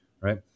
Right